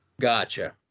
Gotcha